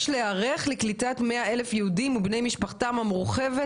יש להיערך לקליטת 100,000 יהודים ובני משפחתם המורחבת,